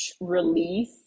release